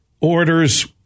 orders